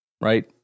Right